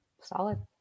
Solid